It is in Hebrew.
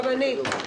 גם אני.